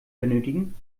benötigen